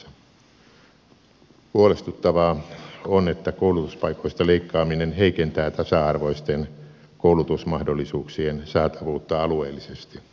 huolestuttavaa on että koulutuspaikoista leikkaaminen heikentää tasa arvoisten koulutusmahdollisuuksien saatavuutta alueellisesti